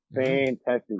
fantastic